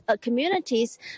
communities